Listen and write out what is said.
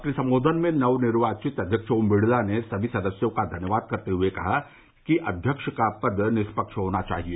अपने संबोधन में नवनिर्वाचित अध्यक्ष ओम बिड़ला ने सभी सदस्यों का धन्यवाद करते हुए कहा कि अध्यक्ष का पद निष्पक्ष होना चाहिए